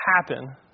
happen